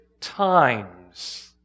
times